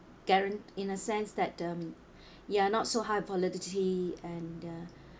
guaran~ in a sense that the ya not so high volatility and the